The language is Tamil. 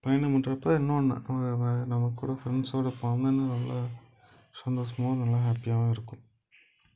பயணம் பண்ணுறப்ப இன்னும் ஒன்று நம்ம கூட ஃப்ரெண்ட்ஸ்சோட போனோம்னா இன்னும் நல்லா சந்தோஷமாகவும் நல்ல ஹேப்பியாகவும் இருக்கும்